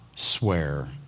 swear